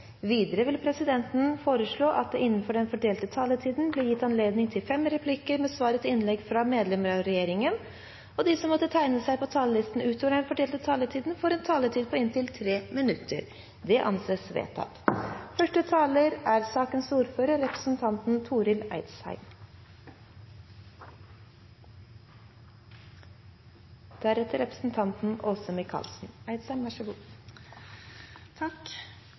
vil presidenten foreslå at det blir gitt anledning til fem replikker med svar etter innlegg fra medlemmer av regjeringen innenfor den fordelte taletid, og at de som måtte tegne seg på talerlisten utover den fordelte taletid, får en taletid på inntil 3 minutter. – Det anses vedtatt. Køyring i ruspåverka tilstand er